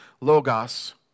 logos